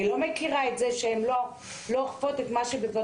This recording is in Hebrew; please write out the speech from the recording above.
אני לא מכירה את זה שהן לא אוכפות את מה שבוודאות.